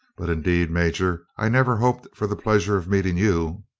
but indeed. major, i never hoped for the pleasure of meeting you.